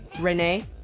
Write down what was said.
Renee